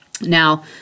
Now